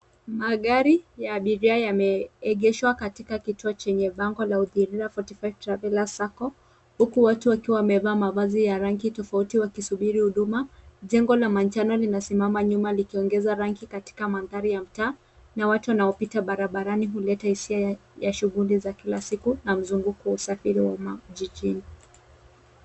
Magari ya abiria yameegeshwa katika kituo chenye bango la Utiru 45 Travellers SACCO, huku watu wakiwa wamevaa mavazi ya rangi tofauti wakisubiri huduma. Jengo la manjano linasimama nyuma likiongeza rangi katika mandhari ya mtaa na watu wanaopita barabarani huleta hisia ya shughuli za kila siku na mzunguko wa usafiri wa umma jijini.